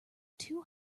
too